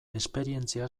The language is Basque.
esperientzia